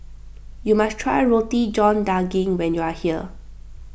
you must try Roti John Daging when you are here